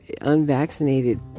unvaccinated